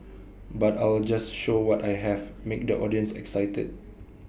but I'll just show what I have make the audience excited